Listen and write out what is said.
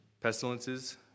pestilences